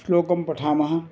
श्लोकं पठामः